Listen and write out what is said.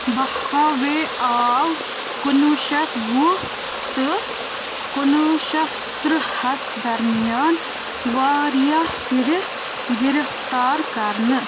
بہٕ ہاوے آو کُنوُہ شتھ وُہ تہٕ کُنوُہ شتھ تٕرٕہَس درمیان واریاہ پھِرِ گِرفتار کَرنہٕ